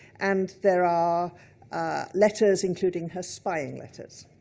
and there are letters, including her spying letters.